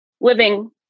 living